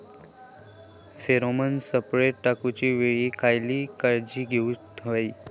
Pheromone सापळे टाकूच्या वेळी खयली काळजी घेवूक व्हयी?